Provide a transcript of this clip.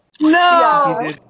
No